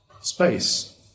space